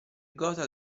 gotha